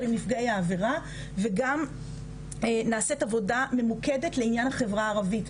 עם נפגע העבירה וגם נעשית עבודה ממוקדת לעניין החברה הערבית,